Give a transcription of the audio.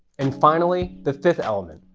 and finally, the fifth element,